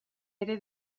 ere